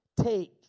take